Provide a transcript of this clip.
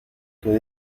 que